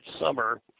summer